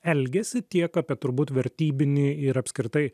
elgesį tiek apie turbūt vertybinį ir apskritai